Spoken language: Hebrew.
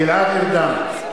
(קורא בשמות חברי הכנסת) גלעד ארדן,